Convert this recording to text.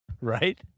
Right